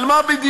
על מה בדיוק?